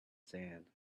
sand